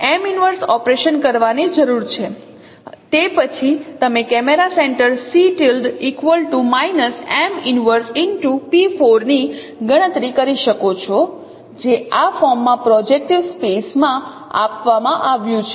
તેથી અમારે M 1 operation કરવાની જરૂર છે અને તે પછી તમે કેમેરા સેન્ટર ની ગણતરી કરી શકો છો જે આ ફોર્મમાં પ્રોજેક્ટીવ સ્પેસ માં આપવામાં આવ્યું છે